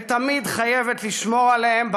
ותמיד חייבת לשמור עליהם,